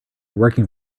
working